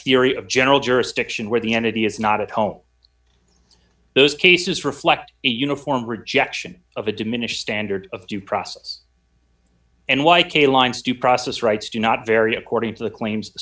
fury of general jurisdiction where the end of the is not at home those cases reflect a uniform rejection of a diminished standard of due process and like a lines due process rights do not vary according to the claims